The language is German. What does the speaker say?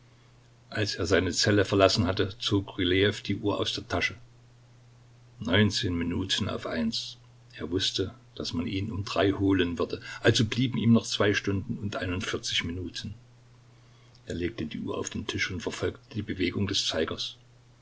als er seine zelle verlassen hatte zog rylejew die uhr aus der tasche neunzehn minuten auf eins er wußte daß man ihn um drei holen würde also blieben ihm noch zwei stunden und einundvierzig minuten er legte die uhr auf den tisch und verfolgte die bewegung des zeigers